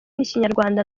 n’ikinyarwanda